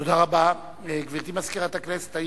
תודה רבה, גברתי מזכירת הכנסת.